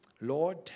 Lord